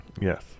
Yes